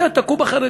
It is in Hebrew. בסדר, תכו בחרדים,